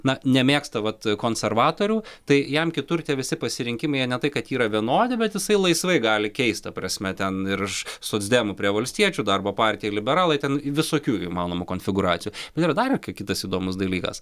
na nemėgsta vat konservatorių tai jam kitur tie visi pasirinkimai jie ne tai kad yra vienodi bet jisai laisvai gali keist ta prasme ten ir socdemų prie valstiečių darbo partija ir liberalai ten visokių įmanomų konfigūracijų nu yra dar k kitas įdomus dalykas